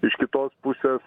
iš kitos pusės